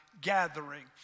gathering